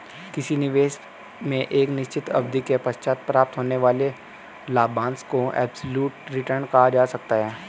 किसी निवेश में एक निश्चित अवधि के पश्चात प्राप्त होने वाले लाभांश को एब्सलूट रिटर्न कहा जा सकता है